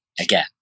Again